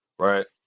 Right